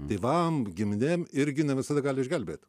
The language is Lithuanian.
tėvam giminėm irgi ne visada gali išgelbėt